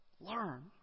learn